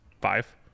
five